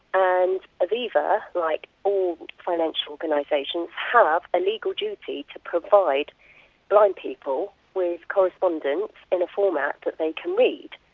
and aviva, like all financial organisations have a legal duty to provide blind people with correspondence in a format that they can read.